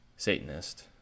Satanist